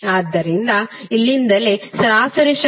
ಆದ್ದರಿಂದ ಇಲ್ಲಿಂದಲೇ ಸರಾಸರಿ ಶಕ್ತಿಯನ್ನು 344